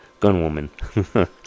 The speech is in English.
gunwoman